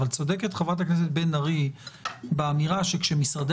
אבל צודקת חברת הכנסת בן ארי באמירה שכשמשרדי